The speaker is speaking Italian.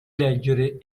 leggere